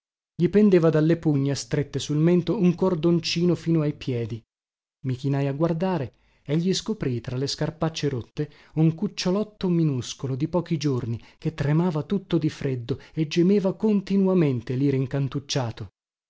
pendeva dalle pugna strette sul mento un cordoncino fino ai piedi i chinai a guardare e gli scoprii tra le scarpacce rotte un cucciolotto minuscolo di pochi giorni che tremava tutto di freddo e gemeva continuamente lì